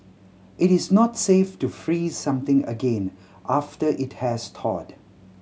it is not safe to freeze something again after it has thawed